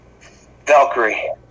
Valkyrie